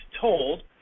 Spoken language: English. Told